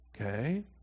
Okay